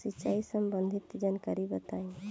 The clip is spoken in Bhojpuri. सिंचाई संबंधित जानकारी बताई?